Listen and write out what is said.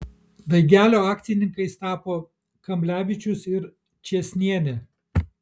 daigelio akcininkais tapo kamblevičius ir čėsnienė